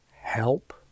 help